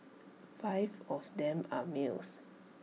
five of them are males